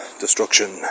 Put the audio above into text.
destruction